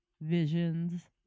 visions